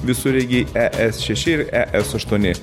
visureigiai e es šeši ir e es aštuoni